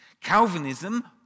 Calvinism